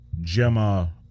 Gemma